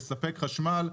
לספק חשמל.